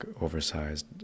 oversized